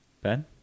ben